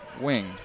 Wing